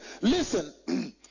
listen